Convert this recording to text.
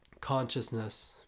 consciousness